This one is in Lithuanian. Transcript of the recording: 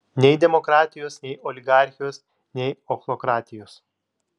nei demokratijos nei oligarchijos nei ochlokratijos